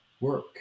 work